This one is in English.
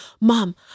mom